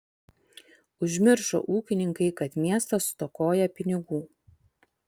užmiršo ūkininkai kad miestas stokoja pinigų